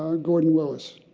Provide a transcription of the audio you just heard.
um gordon willis